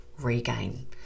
regain